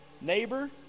neighbor